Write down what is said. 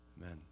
Amen